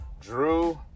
Drew